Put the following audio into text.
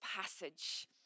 passage